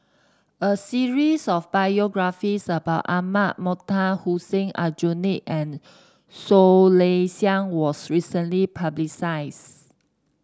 a series of biographies about Ahmad Mattar Hussein Aljunied and Soh Kay Siang was recently publishes